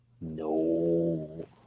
no